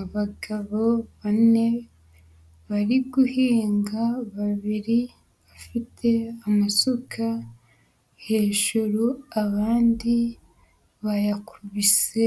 Abagabo bane bari guhinga, babiri bafite amasuka, hejuru abandi bayakubise